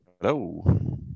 Hello